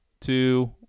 two